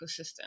ecosystem